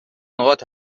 نقاط